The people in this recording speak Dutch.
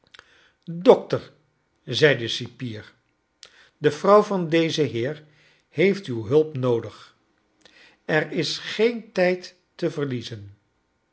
dokter zei de cipier de vrouw van dezen heer heeft uw hulp noodig er is geen tijd te verliezen